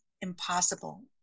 impossible